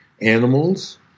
Animals